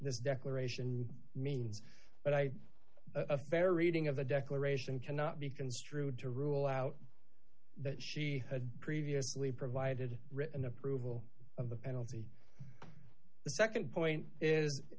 this declaration means but i bear reading of the declaration cannot be construed to rule out that she had previously provided written approval of the penalty the nd point i